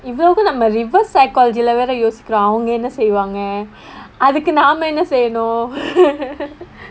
இதுவரைக்கும் நம்ம:ithuvaraikum namma reverse psychology தான யோசிக்குறோம் அவங்க என்ன செய்வாங்க அதுக்கு நாம என்ன செய்வோம்:thaana yosikkurom avanga enna seivaanga athukku naama enna seivom